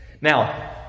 Now